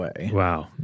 Wow